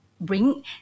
bring